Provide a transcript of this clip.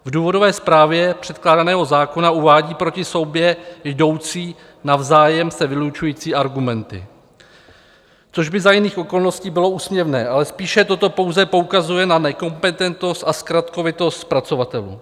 V důvodové zprávě předkládaného zákona uvádí proti sobě jdoucí navzájem se vylučující argumenty, což by za jiných okolností bylo úsměvné, ale spíše toto pouze poukazuje na nekompetentnost a zkratkovitost zpracovatelů.